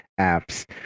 apps